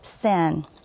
sin